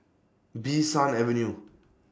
Bee San Avenue